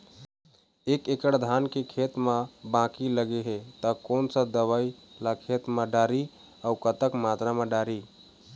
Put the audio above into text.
एक एकड़ धान के खेत मा बाकी लगे हे ता कोन सा दवई ला खेत मा डारी अऊ कतक मात्रा मा दारी?